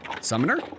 summoner